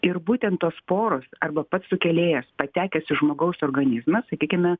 ir būtent tos sporos arba pats sukėlėjas patekęs į žmogaus organizmą sakykime